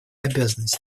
обязанности